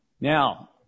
Now